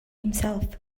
himself